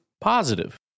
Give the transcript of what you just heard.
positive